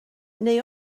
neu